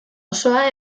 osoa